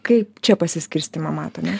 kaip čia pasiskirstymą matome